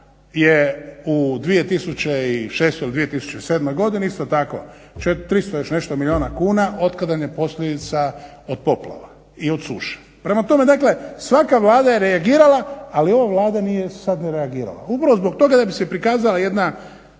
je u 2006. ili 2007. godini isto tako, 300 i još nešto milijuna kuna otklanjanje posljedica od poplava i od suše. Prema tome, dakle svaka Vlada je reagirala, ali ova Vlada nije sad ni reagirala. Upravo zbog toga da bi se prikazala jedna